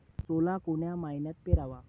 सोला कोन्या मइन्यात पेराव?